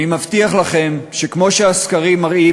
אני מבטיח לכם שכמו שהסקרים מראים,